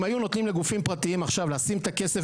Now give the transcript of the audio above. אם היו נותנים לגופים פרטיים עכשיו לשים את הכסף,